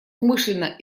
умышленно